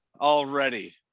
already